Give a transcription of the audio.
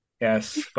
Yes